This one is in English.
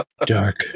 dark